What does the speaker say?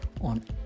on